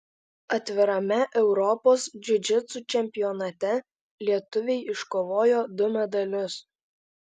atvirame europos džiudžitsu čempionate lietuviai iškovojo du medalius